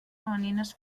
femenines